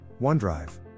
OneDrive